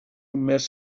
miss